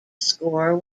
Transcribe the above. score